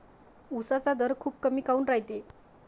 उसाचा दर खूप कमी काऊन रायते?